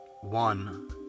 one